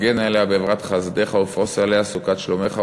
הגן עליה באברת חסדך ופרוס עליה סוכת שלומך,